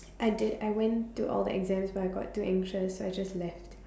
I did I went to all the exams but I got too anxious so I just left